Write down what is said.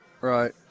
Right